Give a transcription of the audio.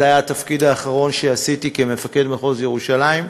זה היה התפקיד האחרון שעשיתי כמפקד מחוז ירושלים,